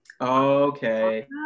Okay